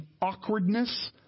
awkwardness